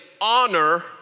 honor